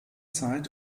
zeit